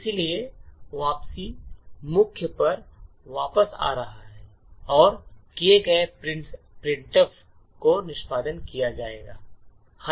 इसलिए वापसी मुख्य पर वापस आ सकती है और किए गए प्रिंटफ़ को निष्पादित किया जाएगा